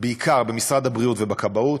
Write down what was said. בעיקר במשרד הבריאות ובכבאות,